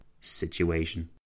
situation